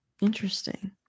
Interesting